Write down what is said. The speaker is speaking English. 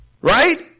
Right